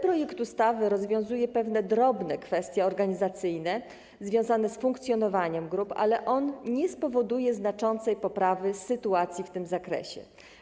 Projekt ustawy rozwiązuje pewne drobne kwestie organizacyjne związane z funkcjonowaniem grup, ale on nie spowoduje znaczącej poprawy sytuacji w tym zakresie.